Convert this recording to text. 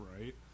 right